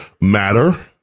matter